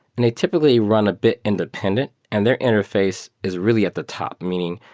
and they typically run a bit independent and their interface is really at the top. meaning,